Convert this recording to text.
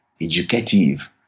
educative